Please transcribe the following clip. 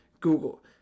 Google